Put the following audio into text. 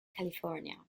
california